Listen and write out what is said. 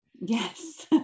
Yes